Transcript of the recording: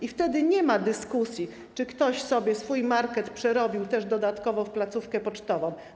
I wtedy nie ma dyskusji, czy ktoś sobie swój market przerobił też dodatkowo na placówkę pocztową.